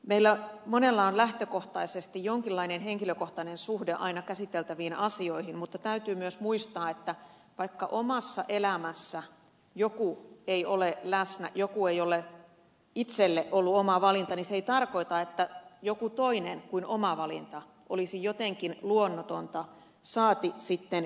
meillä monella on lähtökohtaisesti aina jonkinlainen henkilökohtainen suhde käsiteltäviin asioihin mutta täytyy myös muistaa että vaikka omassa elämässä jokin ei ole läsnä jokin ei ole itselle ollut oma valinta se ei tarkoita että jokin toinen kuin oma valinta olisi jotenkin luonnotonta saati sitten kiellettävää